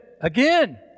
Again